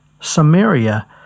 Samaria